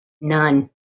None